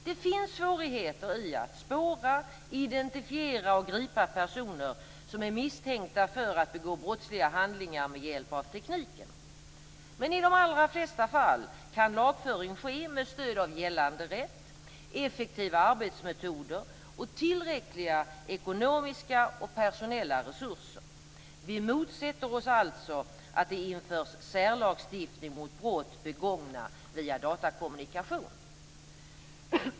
Det finns svårigheter i att spåra, identifiera och gripa personer som är misstänkta för att begå brottsliga handlingar med hjälp av tekniken. Men i de allra flesta fall kan lagföring ske med stöd av gällande rätt, effektiva arbetsmetoder och tillräckliga ekonomiska och personella resurser. Vi moderater motsätter oss alltså att det införs särlagstiftning mot brott begångna via datakommunikation.